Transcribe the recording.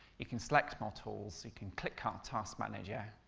you can select more tools, you can click on task manager,